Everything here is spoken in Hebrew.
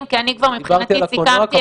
כי אני כבר מבחינתי סיכמתי את הדיון.